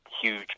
huge